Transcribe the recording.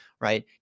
right